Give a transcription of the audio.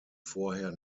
vorher